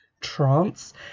trance